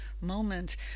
moment